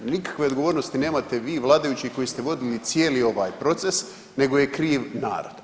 Nikakve odgovornosti nemate vi i vladajući koji ste vodili cijeli ovaj proces, nego je kriv narod.